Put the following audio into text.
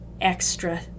extra